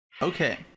okay